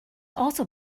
also